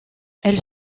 elle